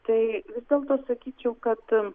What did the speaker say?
tai vis dėlto sakyčiau kad